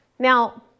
Now